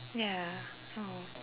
ya oh